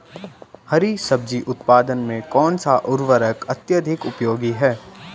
हरी सब्जी उत्पादन में कौन सा उर्वरक अत्यधिक उपयोगी है?